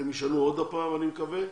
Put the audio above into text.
והם ישנו עוד פעם אני מקווה.